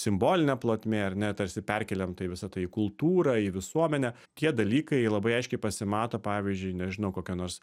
simbolinė plotmė ar ne tarsi perkeliam tai visa tai į kultūrą į visuomenę tie dalykai labai aiškiai pasimato pavyzdžiui nežinau kokia nors